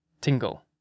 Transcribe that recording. Tingle